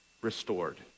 restored